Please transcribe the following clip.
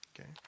Okay